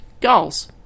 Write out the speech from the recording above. goals